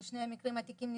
בשני מקרים התיקים נסגרו.